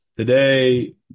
Today